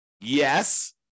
Yes